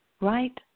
right